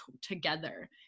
together